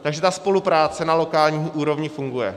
Takže ta spolupráce na lokální úrovni funguje.